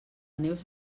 neus